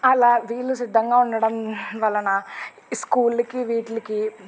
అలా వీళ్లు సిద్ధంగా ఉండడం వలన స్కూల్కి వీటికి